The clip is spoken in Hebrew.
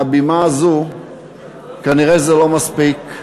מהבימה הזאת כנראה זה לא מספיק.